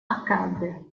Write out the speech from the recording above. accadde